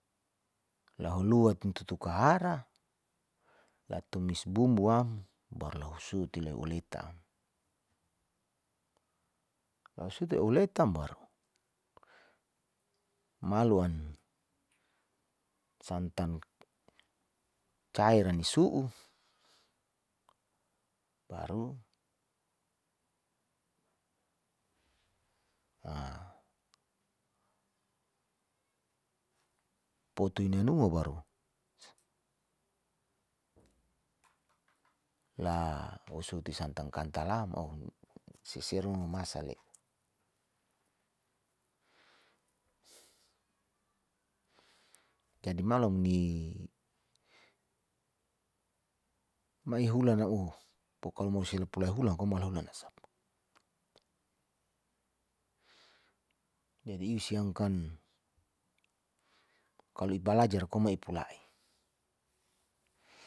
Lahuluat tutu kahara latumis bumbu am bar lahusuti leuleta uletam baru maluan santan cira nisu'u baru poto inanuma baru la osoti santang kantalam ouh seseru mamasa le jadi malom ni mauhulan naoh pokalo mausia lapu lai hulan ko mala hulan nasapa, jadi isiam kan kalo ibalajar ko maipulai.